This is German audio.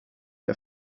der